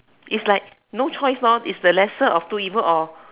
it's like no choice lor is the lesser of two evils or